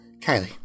Kylie